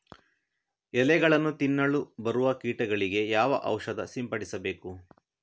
ಎಲೆಗಳನ್ನು ತಿನ್ನಲು ಬರುವ ಕೀಟಗಳಿಗೆ ಯಾವ ಔಷಧ ಸಿಂಪಡಿಸಬೇಕು?